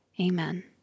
Amen